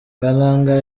kananga